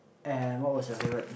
and what was your favourite